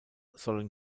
sollen